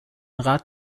rat